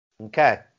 Okay